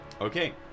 Okay